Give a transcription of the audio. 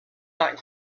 not